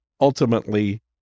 ultimately